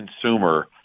consumer